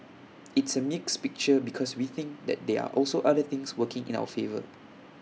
it's A mixed picture because we think that there're also other things working in our favour